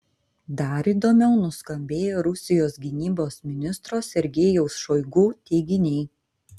dar įdomiau nuskambėjo rusijos gynybos ministro sergejaus šoigu teiginiai